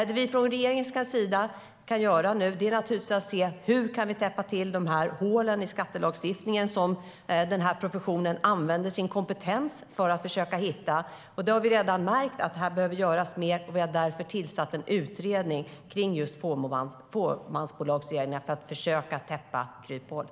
Det regeringen nu kan göra är naturligtvis att se på hur vi kan täppa till de här hålen i skattelagstiftningen som dessa professioner använder sin kompetens för att försöka hitta. Vi har redan märkt att här behöver göras mer, och vi har därför tillsatt en utredning kring just fåmansbolagsreglerna för att försöka täppa till kryphålen.